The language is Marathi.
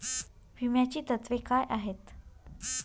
विम्याची तत्वे काय आहेत?